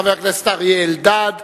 חבר הכנסת אריה אלדד,